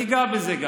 אני אגע גם בזה,